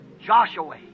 Joshua